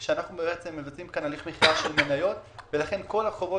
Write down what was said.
אנחנו מבצעים פה הליך- -- של מניות ולכן כל החובות